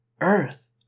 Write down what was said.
Earth